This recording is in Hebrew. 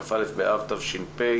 כ"א באב תש"פ.